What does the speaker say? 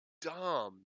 dumb